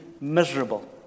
miserable